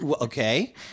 Okay